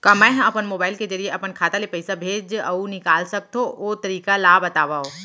का मै ह मोबाइल के जरिए अपन खाता ले पइसा भेज अऊ निकाल सकथों, ओ तरीका ला बतावव?